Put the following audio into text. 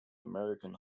american